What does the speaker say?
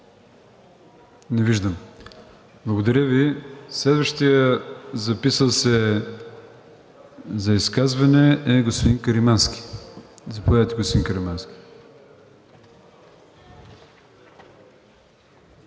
Не виждам. Благодаря Ви. Следващият записал се за изказване е господин Каримански. Заповядайте, господин Каримански.